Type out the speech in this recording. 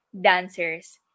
dancers